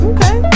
Okay